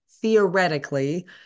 Theoretically